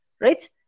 right